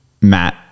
Matt